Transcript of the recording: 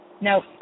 No